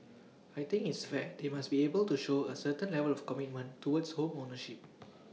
I think it's fair they must be able to show A certain level of commitment towards home ownership